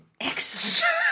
Excellent